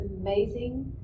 amazing